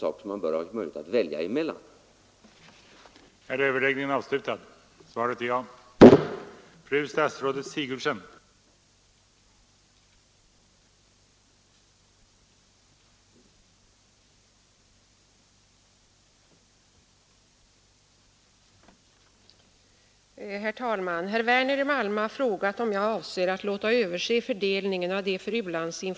Man skall ha möjlighet att välja emellan dessa båda vägar.